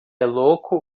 louco